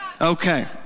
Okay